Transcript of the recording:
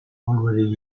already